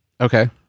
Okay